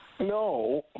No